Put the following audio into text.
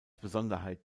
besonderheit